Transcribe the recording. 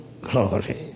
glory